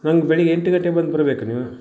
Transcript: ನಂಗೆ ಬೆಳಗ್ಗೆ ಎಂಟು ಗಂಟೆಗೆ ಬಂದು ಬರಬೇಕು ನೀವು